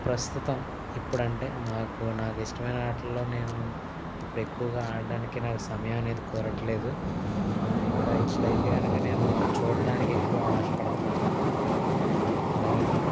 ప్రస్తుతం ఇప్పుదు అంటే మాకు నాకు ఇష్టమైన ఆటల్లో నేను ఇప్పుడు ఎక్కువగా ఆడటానికి నాకు సమయాన్ని అయితే కుదరట్లేదు ఇంకా ఇప్పుడైతే కనుక నేను చూడటానికి ఎక్కువ ఆశపడుతున్నాను ఎలాగ అంటే